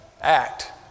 act